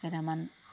কেইটামান